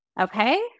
Okay